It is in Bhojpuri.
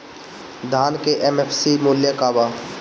धान के एम.एफ.सी मूल्य का बा?